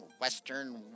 Western